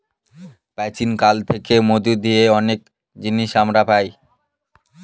প্রাচীন কাল থেকে মধু দিয়ে অনেক জিনিস আমরা পায়